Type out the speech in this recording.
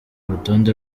urutonde